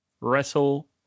wrestle